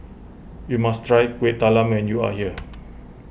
you must try Kuih Talam when you are here